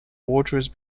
waters